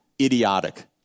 Idiotic